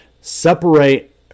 separate